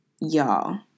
y'all